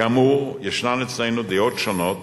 כאמור, ישנן אצלנו דעות שונות,